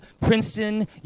Princeton